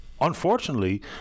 unfortunately